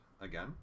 Again